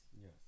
Yes